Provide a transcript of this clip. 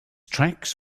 tracks